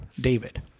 david